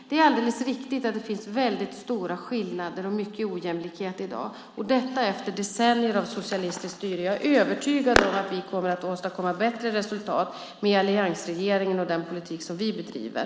Det är alldeles riktigt att det finns stora skillnader och mycket ojämlikhet i dag - detta efter decennier av socialistiskt styre. Jag är övertygad om att vi kommer att åstadkomma bättre resultat med alliansregeringen och den politik som vi bedriver.